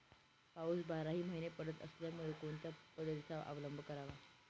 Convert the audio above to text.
पाऊस बाराही महिने पडत असल्यामुळे कोणत्या पद्धतीचा अवलंब करावा?